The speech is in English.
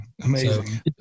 amazing